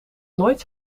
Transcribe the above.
nooit